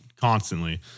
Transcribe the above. constantly